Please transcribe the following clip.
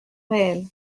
réel